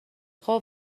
خوب